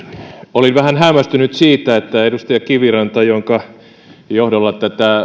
olin vähän hämmästynyt siitä että edustaja kiviranta jonka johdolla